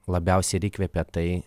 labiausiai ir įkvepia tai